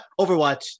Overwatch